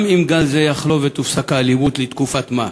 גם אם גל זה יחלוף, ותופסק האלימות לתקופת מה,